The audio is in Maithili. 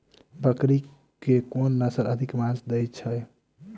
बकरी केँ के नस्ल अधिक मांस दैय छैय?